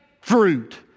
fruit